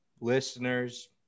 listeners